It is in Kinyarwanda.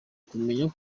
kumenya